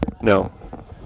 No